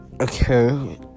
Okay